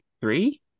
Three